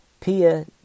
Pia